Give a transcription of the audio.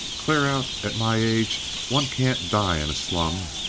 clear out. at my age. one can't die in a slum.